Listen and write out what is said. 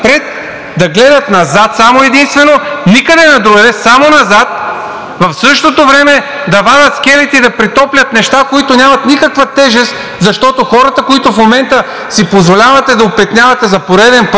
да гледат назад само и единствено, никъде другаде, само назад, а в същото време да вадят скелети и да претоплят неща, които нямат никаква тежест, защото хората, които в момента си позволявате да опетнявате за пореден път,